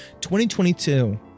2022